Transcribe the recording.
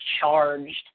charged